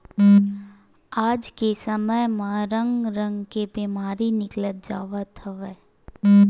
आज के समे म रंग रंग के बेमारी निकलत जावत हवय